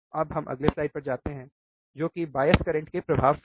अब हम अगले स्लाइड पर जाते हैं जो कि बायस करंट के प्रभाव पर है